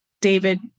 David